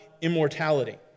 immortality